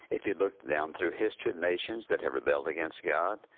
if you look down through history of nations that have rebelled against god,